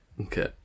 Okay